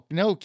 no